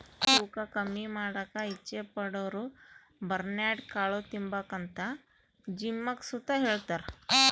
ತೂಕ ಕಮ್ಮಿ ಮಾಡಾಕ ಇಚ್ಚೆ ಪಡೋರುಬರ್ನ್ಯಾಡ್ ಕಾಳು ತಿಂಬಾಕಂತ ಜಿಮ್ನಾಗ್ ಸುತ ಹೆಳ್ತಾರ